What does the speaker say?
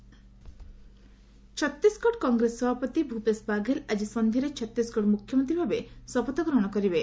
Chhattisgarh CM Chhattisgarh Congress ସଭାପତି ଭ୍ରପେଶ ବାଘେଲ ଆଜି ସନ୍ଧ୍ୟାରେ ଛତିଶଗଡ଼ ମୁଖ୍ୟମନ୍ତ୍ରୀ ଭାବେ ଶପଥ ଗ୍ରହଣ କରିବେ